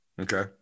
Okay